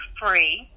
free